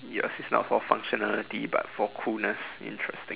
yours is not for functionality but for coolness interesting